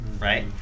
right